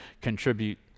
contribute